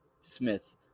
Smith